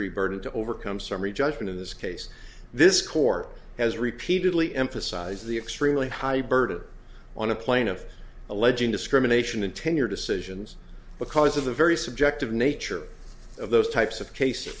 burden to overcome summary judgment in this case this court has repeatedly emphasized the extremely high burden on a plaintiff alleging discrimination in tenure decisions because of the very subjective nature of those types of cases